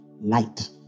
light